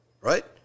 right